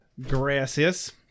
Gracias